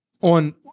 on